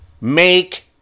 make